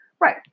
Right